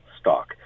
stock